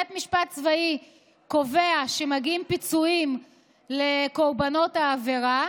בית משפט צבאי קובע שמגיעים פיצויים לקורבנות העבירה,